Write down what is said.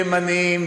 ימניים,